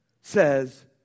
says